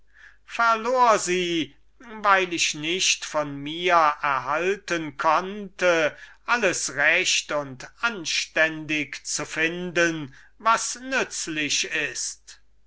einmal weil ich mich nicht dazu bequemen konnte alles für anständig und recht zu halten was nützlich ist